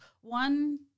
one